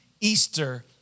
Easter